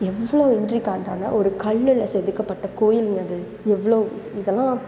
எவ்வளோ இன்ட்ரிகான்ட்டான ஒரு கல்லில் செதுக்கப்பட்ட கோவிலுங்க அது எவ்வளோ இதெல்லாம்